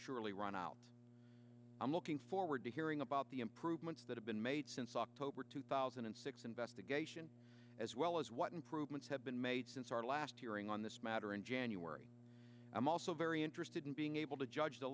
surely run out i'm looking forward to hearing about the improvements that have been made since october two thousand and six investigation as well as what improvements have been made since our last hearing on this matter in january i'm also very interested in being able to judge the